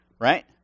Right